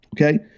Okay